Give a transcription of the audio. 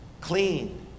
clean